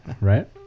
right